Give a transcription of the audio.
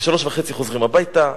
ב-15:30 חוזרים הביתה.